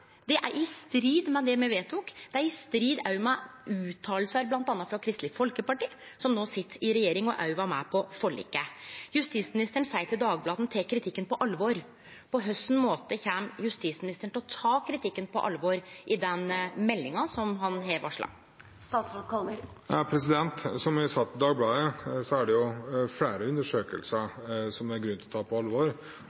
Det er i strid med det me vedtok, det er òg i strid med utsegner frå bl.a. Kristeleg Folkeparti, som no sit i regjering og òg var med på forliket. Justisministeren seier til Dagbladet at han tek kritikken på alvor. På kva måte kjem justisministeren til å ta kritikken på alvor i den meldinga han har varsla? Som jeg sa til Dagbladet, er det flere undersøkelser